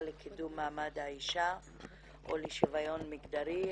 ישיבת הוועדה לקידום מעמד האישה ולשוויון מגדרי,